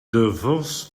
vos